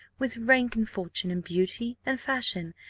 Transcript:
with rank and fortune, and beauty and fashion,